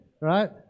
right